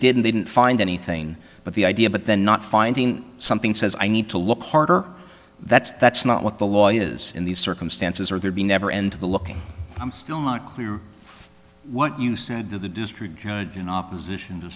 didn't they didn't find anything but the idea but they're not finding something says i need to look harder that's that's not what the law is in these circumstances are there be never and the looking i'm still not clear what you said to the district judge in opposition to